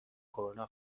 کرونا